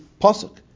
pasuk